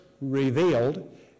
revealed